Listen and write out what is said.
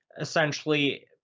essentially